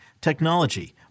technology